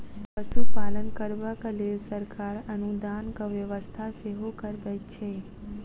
पशुपालन करबाक लेल सरकार अनुदानक व्यवस्था सेहो करबैत छै